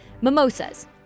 mimosas